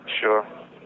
Sure